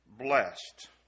blessed